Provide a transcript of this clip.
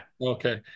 Okay